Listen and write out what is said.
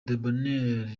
debonheur